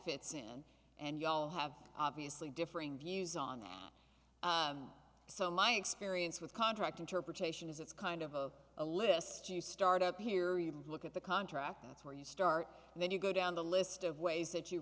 fits in and ya'll have obviously differing views on so my experience with contract interpretation is it's kind of a a list you start up here you look at the contract that's where you start and then you go down the list of ways that you